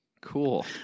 Cool